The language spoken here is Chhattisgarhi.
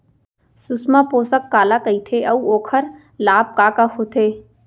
सुषमा पोसक काला कइथे अऊ ओखर लाभ का का होथे?